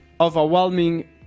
overwhelming